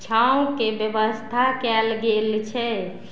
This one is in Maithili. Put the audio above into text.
छाँवके व्यवस्था कयल गेल छै